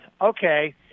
okay